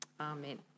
Amen